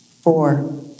Four